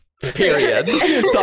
Period